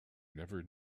never